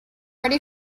ready